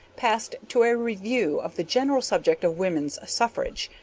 passed to a review of the general subject of woman's suffrage.